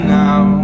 now